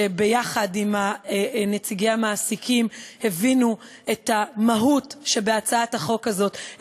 שביחד עם נציגי המעסיקים הבינו את המהות של הצעת החוק הזאת,